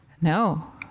No